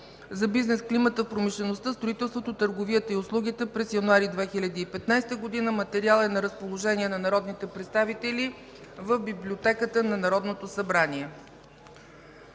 за бизнес климата в промишлеността, строителството, търговията и услугите през януари 2015 г. Материалът е на разположение на народните представители в Библиотеката на Народното събрание.